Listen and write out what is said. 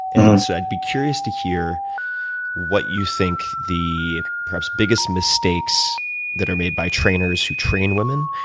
and one said i'd be curious to hear what you think the perhaps biggest mistakes that are made by trainers who train women,